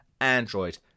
Android